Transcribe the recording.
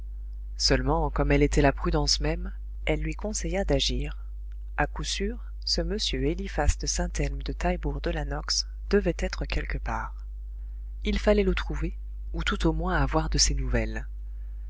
seulement comme elle était la prudence même elle lui conseilla d'agir à coup sûr ce m eliphas de saint-elme de taillebourg de la nox devait être quelque part il fallait le trouver ou tout au moins avoir de ses nouvelles